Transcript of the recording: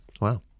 Wow